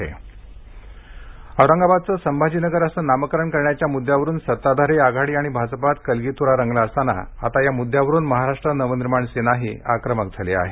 औरंगाबाद नामांतर औरंगाबादचं संभाजीनगर असं नामकरण करण्याच्या मुद्द्यावरून सत्ताधारी आघाडी आणि भाजपात कलगीतुरा रंगला असताना आता या मुद्द्यावरून महाराष्ट्र नवनिर्माण सेनाही आक्रमक झाली आहे